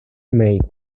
made